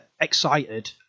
excited